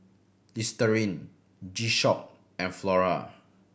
Listerine G Shock and Flora